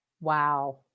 Wow